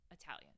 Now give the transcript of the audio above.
italian